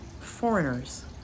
foreigners